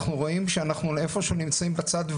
אנחנו רואים שאנחנו נמצאים בצד,